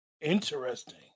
Interesting